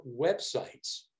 websites